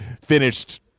finished